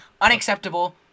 unacceptable